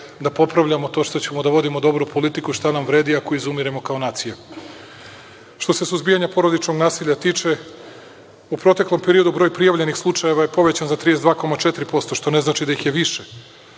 da popravljamo, to što ćemo da vodimo dobru politiku, šta nam vredi ako izumiremo kao nacija. Što se suzbijanja porodičnog nasilja tiče, u proteklom periodu broj prijavljenih slučajeva je povećan za 32,4%, što ne znači da ih je više.